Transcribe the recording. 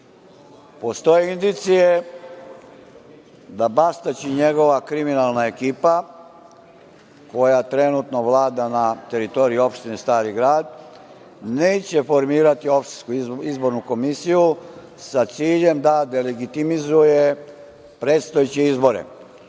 indicije da Bastać i njegova kriminalna ekipa, koja trenutno vlada na teritoriji opštine Stari Grad, neće formirati opštinsku izbornu komisiju, sa ciljem da deligitimizuje predstojeće izbore.